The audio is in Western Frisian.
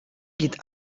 giet